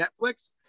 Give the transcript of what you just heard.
Netflix